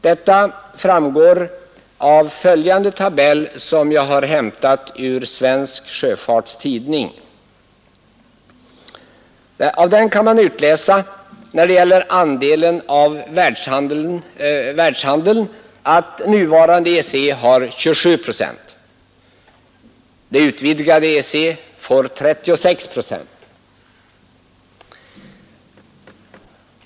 Detta framgår av följande tabell hämtad ur Svensk Sjöfarts Tidning: Av tabellen kan man alltså utläsa, när det gäller andelen av världshandeln, att nuvarande EEC har 27 procent, medan det utvidgade EEC får 36 procent.